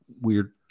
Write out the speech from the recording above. weird